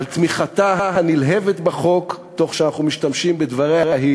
על תמיכתה הנלהבת בחוק תוך שאנחנו משתמשים בדבריה-שלה.